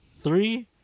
three